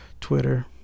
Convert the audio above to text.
Twitter